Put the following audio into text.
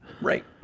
Right